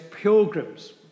pilgrims